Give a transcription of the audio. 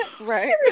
Right